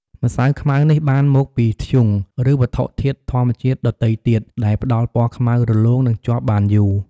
ម្សៅខ្មៅនេះបានមកពីធ្យូង ឬវត្ថុធាតុធម្មជាតិដទៃទៀតដែលផ្តល់ពណ៌ខ្មៅរលោង និងជាប់បានយូរ។